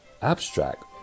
Abstract